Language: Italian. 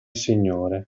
signore